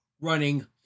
running